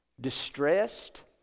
distressed